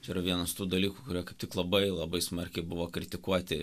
čia yra vienas tų dalykų kurie kaip tik labai labai smarkiai buvo kritikuoti